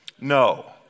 No